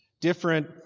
different